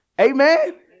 Amen